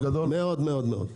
מאוד-מאוד.